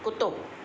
कुतो